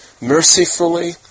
mercifully